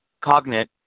cognate